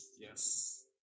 Yes